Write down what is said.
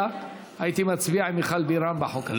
הייתי מצביע עם מיכל בירן בחוק הזה.